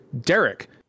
Derek